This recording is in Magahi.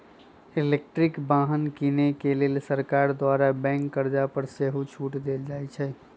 इलेक्ट्रिक वाहन किने के लेल सरकार द्वारा बैंक कर्जा पर सेहो छूट देल जाइ छइ